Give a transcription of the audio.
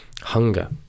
hunger